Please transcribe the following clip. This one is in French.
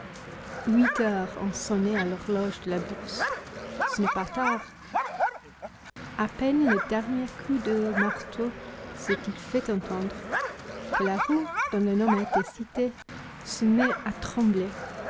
huit heures ont sonné à l'horloge de la bourse ce n'est pas tard a peine le dernier coup de marteau s'est-il fait entendre que la rue dont le nom a été cité se met à trembler